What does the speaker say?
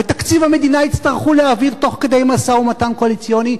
ואת תקציב המדינה יצטרכו להעביר תוך כדי משא-ומתן קואליציוני,